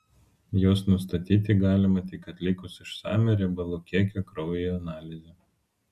juos nustatyti galima tik atlikus išsamią riebalų kiekio kraujyje analizę